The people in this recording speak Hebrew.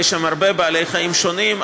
יש שם הרבה בעלי חיים שונים,